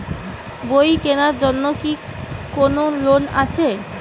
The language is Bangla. বই কেনার জন্য কি কোন লোন আছে?